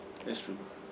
that's true